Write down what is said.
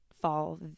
fall